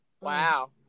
wow